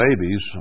babies